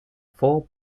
four